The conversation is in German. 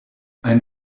ein